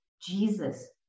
Jesus